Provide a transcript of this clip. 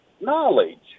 knowledge